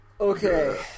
okay